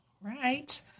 Right